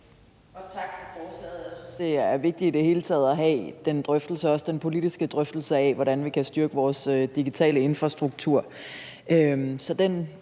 (EL): Tak for forslaget. Jeg synes, det er vigtigt i det hele taget at have også den politiske drøftelse af, hvordan vi kan styrke vores digitale infrastruktur.